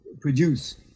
produce